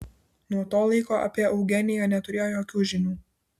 nuo to laiko apie eugeniją neturėjo jokių žinių